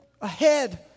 ahead